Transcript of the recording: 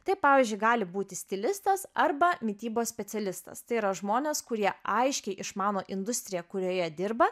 tai pavyzdžiui gali būti stilistas arba mitybos specialistas tai yra žmonės kurie aiškiai išmano industriją kurioje dirba